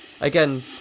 again